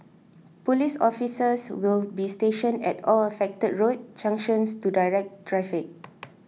police officers will be stationed at all affected road junctions to direct traffic